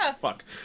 fuck